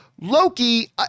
Loki